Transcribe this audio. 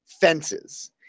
fences